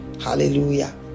Hallelujah